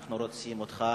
אנחנו רוצים אותך